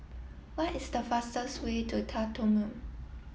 what is the fastest way to Khartoum